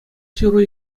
ҫыру